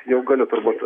jau galiu turbūt